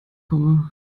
komme